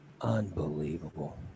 Unbelievable